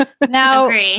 Now